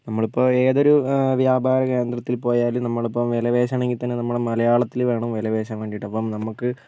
നമ്മളിപ്പോൾ ഏതൊരു വ്യാപാര കേന്ദ്രത്തിൽ പോയാലും നമ്മൾ ഇപ്പോൾ വില പേശണമെങ്കിൽ തന്നെ മലയാളത്തിൽ വേണം വിലപേശാൻ വേണ്ടിയിട്ട് അപ്പം നമുക്ക്